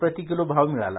प्रतिकिलो भाव मिळाला